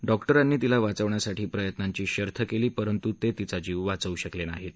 डॉक्टरांनी तिला वाचवण्यासाठी प्रयत्नांची शर्थ केली परंतू ते तिचा जीव वाचवू शकले नाहीत